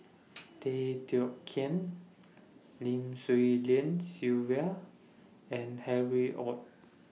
Tay Teow Kiat Lim Swee Lian Sylvia and Harry ORD